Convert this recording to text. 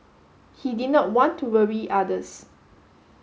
he did not want to worry others